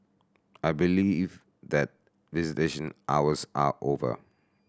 I believe that visitation hours are over